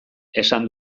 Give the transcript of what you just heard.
esan